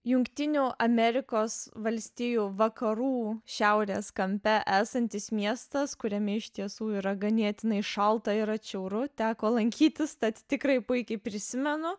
jungtinių amerikos valstijų vakarų šiaurės kampe esantis miestas kuriame iš tiesų yra ganėtinai šalta ir atšiauru teko lankytis tad tikrai puikiai prisimenu